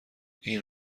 این